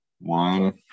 One